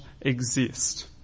exist